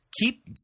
keep